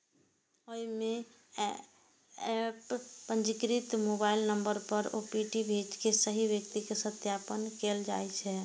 अय मे एप पंजीकृत मोबाइल नंबर पर ओ.टी.पी भेज के सही व्यक्ति के सत्यापन कैल जाइ छै